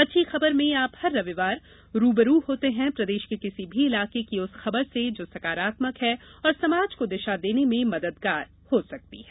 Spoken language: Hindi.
अच्छी खबर में आप हर रविवार रू ब रू होते हैं प्रदेश के किसी भी इलाके की उस खबर से जो सकारात्मक है और समाज को दिशा देने में मददगार हो सकती है